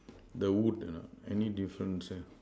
the wood ah any difference there